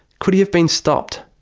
could he have been stopped?